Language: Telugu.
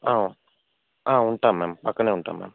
ఉంటాం మ్యామ్ పక్కనే ఉంటాం మ్యామ్